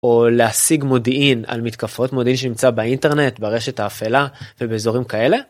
או להשיג מודיעין על מתקפות מודיעין שנמצא באינטרנט ברשת האפלה ובאזורים כאלה.